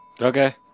Okay